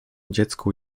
dziecku